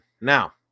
Now